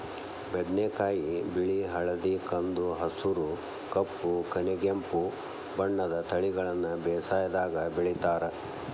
ಬದನೆಕಾಯಿ ಬಿಳಿ ಹಳದಿ ಕಂದು ಹಸುರು ಕಪ್ಪು ಕನೆಗೆಂಪು ಬಣ್ಣದ ತಳಿಗಳನ್ನ ಬೇಸಾಯದಾಗ ಬೆಳಿತಾರ